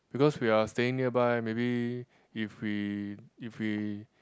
because we're staying nearby maybe if we if we